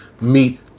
meet